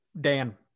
dan